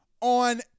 On